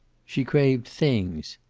she craved things,